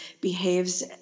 behaves